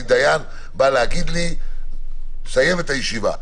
אני מודה לכם, ישיבה זו נעולה.